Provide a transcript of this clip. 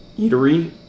eatery